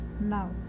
Now